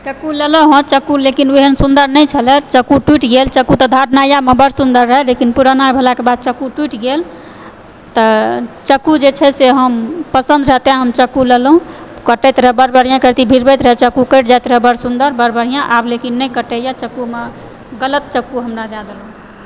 चक्कू लेलहुँ हँ चक्कू लेकिन ओहन सुन्दर नहि छलय चक्कू टूटि गेल चक्कूके धार नयामे बड्ड सुन्दर रहय लेकिन पुराना भेलाके बाद चक्कू टूटि गेल तऽ चक्कू जे छै से हम पसन्द रहय तैं हम चक्कू लेलहुँ कटयत रहय बड्ड बढ़िआँ एक रती भीड़बैत रहैत चक्कू कटि जैत रहय बड्ड सुन्दर बड़ बढ़िआँ आब लेकिन नहि कटैए चक्कूमऽ गलत चक्कू हमरा दै देलक